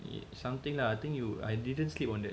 it's something lah I think you I didn't sleep on that day